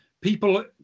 people